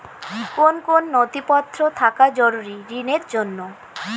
কোন কোন নথিপত্র থাকা জরুরি ঋণের জন্য?